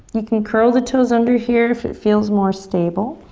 you can curl the toes under here if it feels more stable.